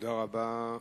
תודה רבה.